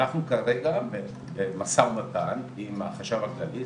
אנחנו כרגע במשא ומתן עם החשב הכללי,